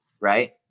Right